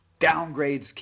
downgrades